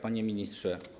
Panie Ministrze!